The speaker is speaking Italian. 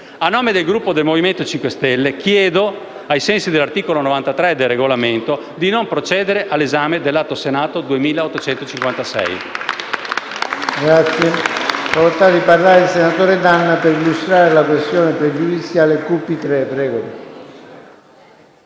A nome del Gruppo del Movimento 5 Stelle chiedo, ai sensi dell'articolo 93 del Regolamento, di non procedere all'esame dell'Atto Senato 2856.